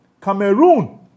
Cameroon